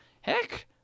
Heck